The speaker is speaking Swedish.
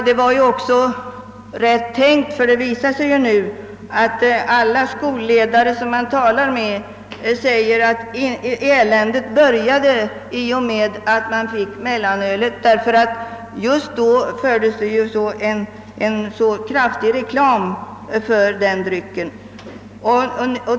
Det var också rätt tänkt, ty det visar sig nu att alla skolledare som man talar med säger att eländet började i och med att vi fick mellanölet. Då gjordes nämligen en mycket kraftig reklam för denna dryck.